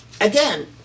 again